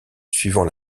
suivant